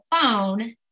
phone